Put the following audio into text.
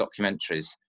documentaries